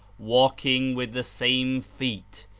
walking with the same feet,